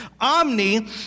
Omni